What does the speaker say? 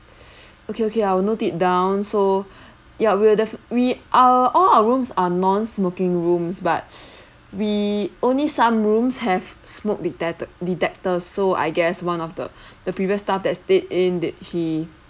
okay okay I'll note it down so ya we'll def~ we are all our rooms are non smoking rooms but we only some rooms have smoke detector detectors so I guess one of the the previous staff that stayed in that he